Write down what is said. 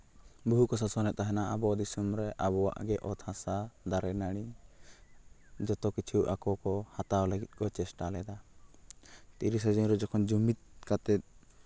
ᱵᱚᱦᱩ ᱠᱚ ᱥᱟᱥᱚᱱᱮᱜ ᱛᱟᱦᱮᱱᱟ ᱟᱵᱚ ᱫᱤᱥᱚᱢ ᱨᱮ ᱟᱵᱚᱣᱟᱜ ᱜᱮ ᱚᱛ ᱦᱟᱥᱟ ᱫᱟᱨᱮ ᱱᱟᱹᱲᱤ ᱡᱚᱛᱚᱠᱤᱪᱷᱩ ᱟᱠᱚ ᱠᱚ ᱦᱟᱛᱟᱣ ᱞᱟᱹᱜᱤᱫ ᱠᱚ ᱪᱮᱥᱴᱟ ᱞᱮᱫᱟ ᱛᱤᱨᱤᱥᱟ ᱡᱩᱱᱨᱮ ᱡᱚᱠᱷᱚᱱ ᱡᱩᱢᱤᱫ ᱠᱟᱛᱮ